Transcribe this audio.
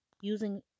using